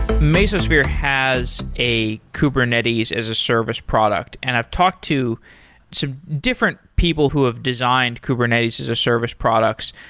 mesosphere has a kubernetes as a service product. and i've talked to some different people who have designed kubernetes as a service products.